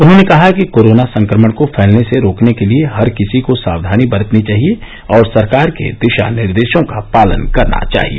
उन्होंने कहा है कि कोरोना संक्रमण को र्फलने से रोकने के लिए हर किसी को सावधानी बरतनी चाहिए और सरकार के दिशा निर्देशों का पालन करना चाहिए